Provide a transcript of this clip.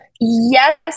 Yes